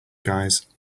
guys